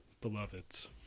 beloveds